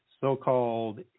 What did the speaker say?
so-called